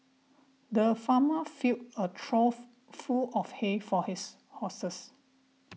the farmer filled a trough full of hay for his horses